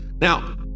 Now